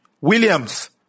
Williams